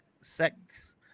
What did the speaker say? sects